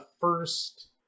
first